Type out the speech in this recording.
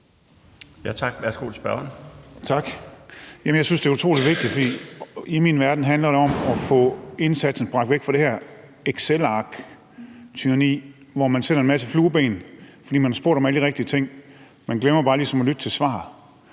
Kl. 19:19 Torsten Gejl (ALT): Tak. Jeg synes, det er utroligt vigtigt. For i min verden handler det om at få indsatsen bragt væk fra det her excelarktyranni, hvor man sætter en masse flueben, fordi man har spurgt om alle de rigtige ting. Man man glemmer bare ligesom at lytte til svaret.